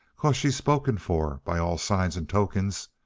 cause she's spoken for, by all signs and tokens.